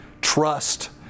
trust